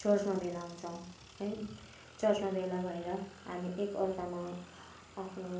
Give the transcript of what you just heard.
चर्चमा भेला हुन्छौँ है चर्चमा भेला भएर हामी एकाअर्कामा आफ्नो